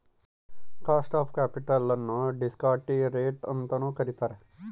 cost of capital ನ್ನು discount rate ಅಂತನು ಕರಿತಾರೆ